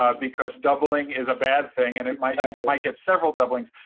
um because doubling is a bad thing, and it might ah get might get several doublings.